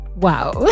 Wow